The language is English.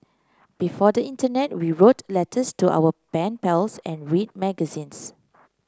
before the internet we wrote letters to our ben pals and read magazines